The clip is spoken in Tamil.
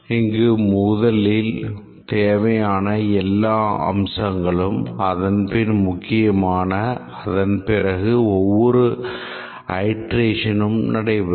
இங்கு முதலில் தேவையான எல்லா அம்சங்களும் அதன்பின் முக்கியமான அதன்பிறகு ஒவ்வொரு அயிட்ரேஷனும் நடைபெறும்